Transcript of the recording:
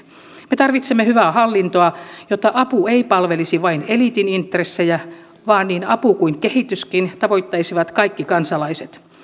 me tarvitsemme hyvää hallintoa jotta apu ei palvelisi vain eliitin intressejä vaan niin apu kuin kehityskin tavoittaisivat kaikki kansalaiset